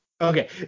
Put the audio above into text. Okay